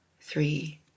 three